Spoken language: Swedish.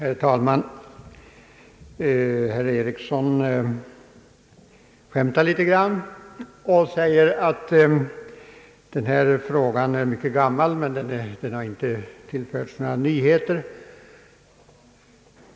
Herr talman! Herr Ericsson skämtar litet grand och säger att denna fråga är mycket gammal men att den inte tillförts några nyheter.